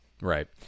Right